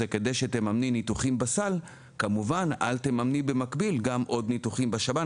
כדי שתממני ניתוחים בסל כמובן אל תממני במקביל גם עוד ניתוחים בשב"ן.